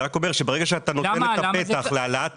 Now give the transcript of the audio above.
אני רק אומר שברגע שאתה נותן את הפתח להעלאת